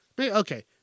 Okay